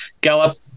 Gallup